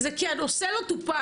זה כי הנושא לא טופל.